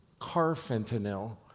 carfentanyl